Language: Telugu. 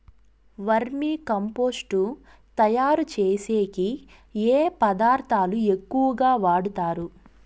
వర్మి కంపోస్టు తయారుచేసేకి ఏ పదార్థాలు ఎక్కువగా వాడుతారు